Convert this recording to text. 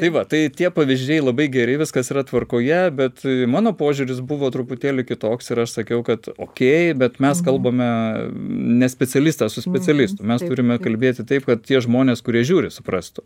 tai va tai tie pavyzdžiai labai geri viskas yra tvarkoje bet mano požiūris buvo truputėlį kitoks ir aš sakiau kad okei bet mes kalbame ne specialistas su specialistu mes turime kalbėti taip kad tie žmonės kurie žiūri suprastų